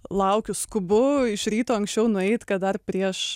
laukiu skubu iš ryto anksčiau nueit kad dar prieš